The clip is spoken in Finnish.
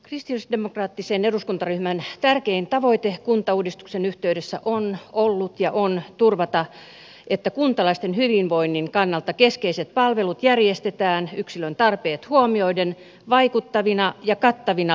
kristillisdemokraattisen eduskuntaryhmän tärkein tavoite kuntauudistuksen yhteydessä on ollut ja on turvata että kuntalaisten hyvinvoinnin kannalta keskeiset palvelut järjestetään yksilön tarpeet huomioiden vaikuttavina ja kattavina lähipalveluina